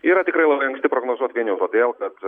yra tikrai labai anksti prognozuot vien jau todėl kad